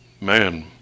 Man